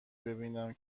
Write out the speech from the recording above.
ببینم